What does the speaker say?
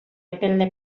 epelde